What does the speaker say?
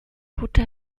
coûta